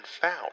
found